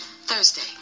Thursday